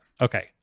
Okay